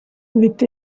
with